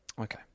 okay